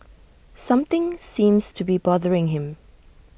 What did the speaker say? something seems to be bothering him